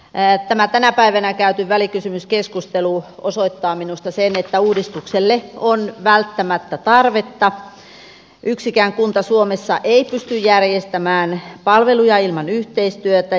tämä tänä päivänä käyty välikysymyskeskustelu osoittaa minusta sen että uudistukselle on välttämättä tarvetta yksikään kunta suomessa ei pysty järjestämään palveluja ilman yhteistyötä